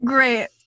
Great